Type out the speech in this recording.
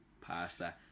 pasta